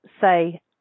say